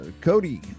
cody